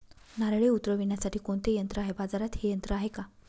नारळे उतरविण्यासाठी कोणते यंत्र आहे? बाजारात हे यंत्र आहे का?